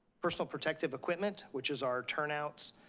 personal protective equipment, which is our turnouts.